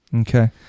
Okay